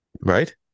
Right